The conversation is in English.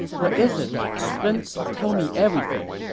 what is it, my husband? tell me everything.